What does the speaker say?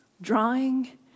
drawing